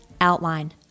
Outline